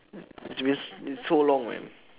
mm it's been it's so long man